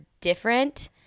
different